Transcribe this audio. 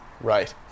Right